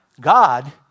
God